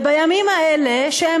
רק הם